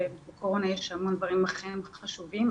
ובקורונה יש המון דברים אחרים חשובים.